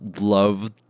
love